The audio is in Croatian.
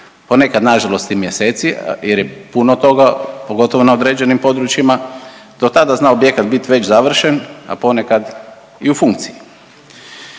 ponekad na žalost i mjeseci jer je puno toga pogotovo na određenim područjima. Do tada zna objekat biti već završen, a ponekad i u funkciji.